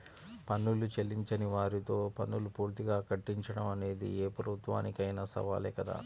పన్నులు చెల్లించని వారితో పన్నులు పూర్తిగా కట్టించడం అనేది ఏ ప్రభుత్వానికైనా సవాలే కదా